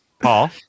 Paul